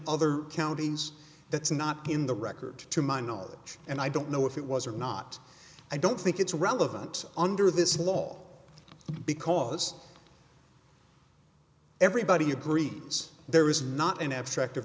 other counties that's not in the record to my knowledge and i don't know if it was or not i don't think it's relevant under this law because everybody agrees there is not an abstract of